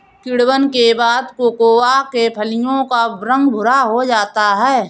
किण्वन के बाद कोकोआ के फलियों का रंग भुरा हो जाता है